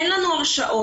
אין לנו הרשעות.